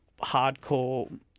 hardcore